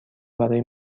برای